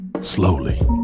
Slowly